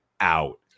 out